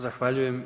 Zahvaljujem.